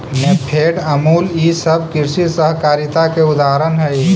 नेफेड, अमूल ई सब कृषि सहकारिता के उदाहरण हई